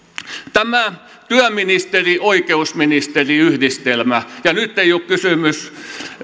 tämä työministeri oikeusministeri yhdistelmä ja nyt ei ole kysymys